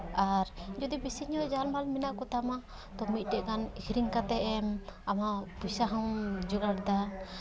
ᱟᱨ ᱡᱩᱫᱤ ᱵᱮᱥᱤ ᱧᱚᱹᱜ ᱡᱟᱦᱟᱱ ᱢᱟᱦᱟᱱ ᱢᱮᱱᱟᱜ ᱠᱚᱛᱟᱢᱟ ᱛᱚ ᱢᱤᱫᱴᱮᱡ ᱜᱟᱱ ᱟᱹᱠᱷᱨᱤᱧ ᱠᱟᱛᱮ ᱮᱢ ᱟᱢᱟᱜ ᱯᱚᱭᱥᱟ ᱦᱚᱸᱢ ᱡᱚᱜᱟᱲᱫᱟ